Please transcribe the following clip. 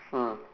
mm